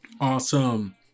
Awesome